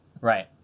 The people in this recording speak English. Right